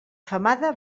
femada